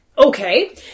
Okay